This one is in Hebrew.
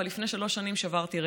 אבל לפני שלוש שנים שברתי רגל.